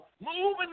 moving